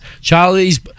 Charlie's